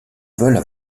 veulent